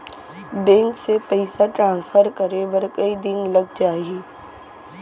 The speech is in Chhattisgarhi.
बैंक से पइसा ट्रांसफर करे बर कई दिन लग जाही?